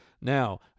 Now